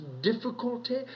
difficulty